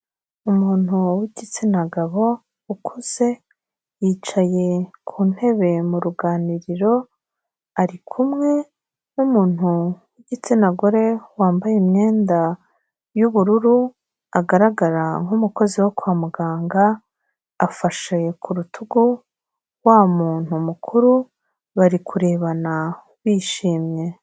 Umuntu w'igitsina gabo ukuze yicaye ku ntebe mu ruganiriro ari kumwe n'umuntu w'igitsina gore wambaye imyenda y'ubururu agaragara nk'umukozi wo kwa muganga, afashe ku rutugu wa muntu mukuru bari kurebana bishimye.